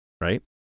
right